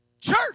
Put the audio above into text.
Church